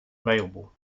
available